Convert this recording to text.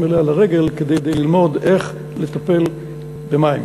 אליה לרגל כדי ללמוד איך לטפל במים.